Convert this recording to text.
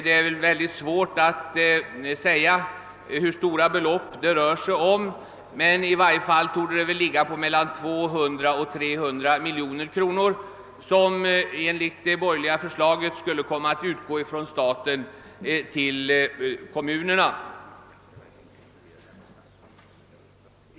Det är mycket svårt att säga hur stora belopp det rör sig om, men i varje fall torde det väl bli fråga om 200—300 milj.kr., som enligt det borgerliga förslaget skulle komma att utgå från staten till kommunerna.